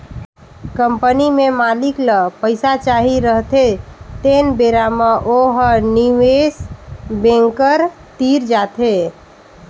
company में मालिक ल पइसा चाही रहथें तेन बेरा म ओ ह निवेस बेंकर तीर जाथे